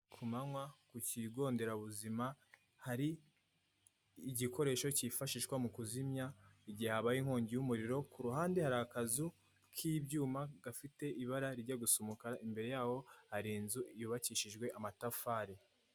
Ku manywa ku kigonderabuzima hari igikoresho cyifashishwa mu kuzimya igihe habaye inkongi y'umuriro, ku ruhande hari akazu k'ibyuma gafite ibara rijya gusa umukara imbere y'aho hari inzu yubakishijwe amatafari.